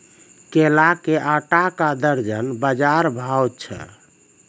केला के आटा का दर्जन बाजार भाव छ?